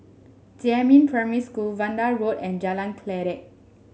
Jiemin Primary School Vanda Road and Jalan Kledek